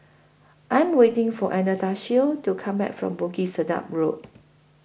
I Am waiting For Anastacio to Come Back from Bukit Sedap Road